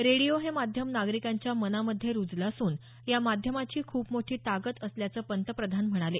radio हे माध्यम नागरिकांच्या मनामध्ये रूजलं असून या माध्यमाची खूप मोठी ताकद असल्याचं पंतप्रधान म्हणाले